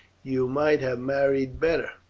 you might have married better,